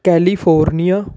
California